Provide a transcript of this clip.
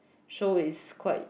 show is quite